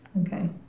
Okay